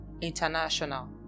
International